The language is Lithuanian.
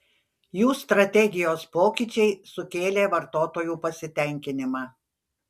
jų strategijos pokyčiai sukėlė vartotojų pasitenkinimą